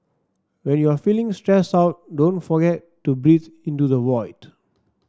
when you are feeling stressed out don't forget to breathe into the void